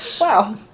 Wow